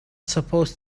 supposed